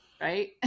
Right